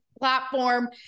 platform